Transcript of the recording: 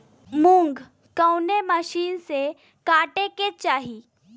मूंग कवने मसीन से कांटेके चाही?